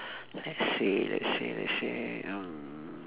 let's say let's say let's say um